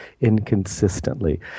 inconsistently